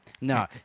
No